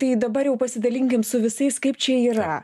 tai dabar jau pasidalinkim su visais kaip čia yra